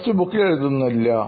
test ബുക്കിൽ എഴുതുന്നില്ല